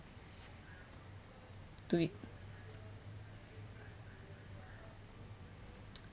to it